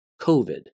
COVID